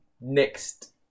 next